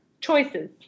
Choices